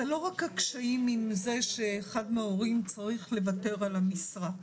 זה לא רק הקשיים עם זה שאחד מההורים צריך לוותר על המשרה שלו.